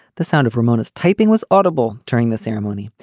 the sound of ramona's typing was audible during the ceremony.